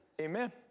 Amen